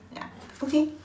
ya okay